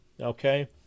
Okay